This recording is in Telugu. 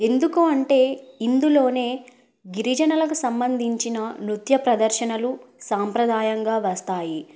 ఎందుకు అంటే ఇందులోనే గిరిజనలకు సంబంధించిన నృత్య ప్రదర్శనలు సాంప్రదాయంగా వస్తాయి